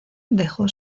dejó